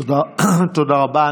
תודה רבה.